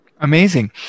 Amazing